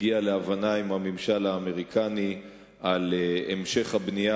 הגיעה להבנה עם הממשל האמריקני על המשך הבנייה